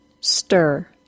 STIR